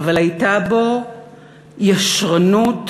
היו בו ישרנות